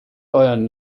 euren